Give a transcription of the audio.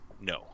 No